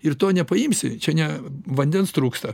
ir to nepaimsi čia ne vandens trūksta